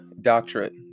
doctorate